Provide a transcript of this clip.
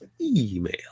email